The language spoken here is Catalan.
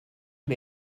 amb